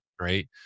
Right